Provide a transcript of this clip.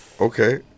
okay